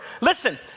Listen